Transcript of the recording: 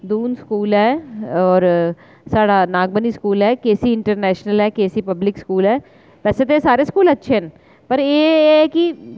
Doon school ऐ और साढ़ा नागमनी स्कूल ऐ केसी इंटरनैशनल ऐ के सी पब्लिक स्कूल ऐ वैसे ते सारे स्कूल अच्छे न पर एह् एह् ऐ की